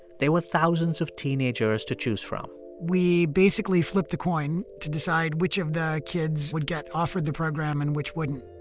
there were thousands of teenagers to choose from we basically flipped a coin to decide which of the kids would get offered the program and which wouldn't